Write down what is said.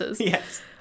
Yes